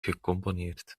gecomponeerd